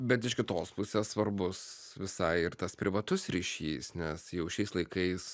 bet iš kitos pusės svarbus visai ir tas privatus ryšys nes jau šiais laikais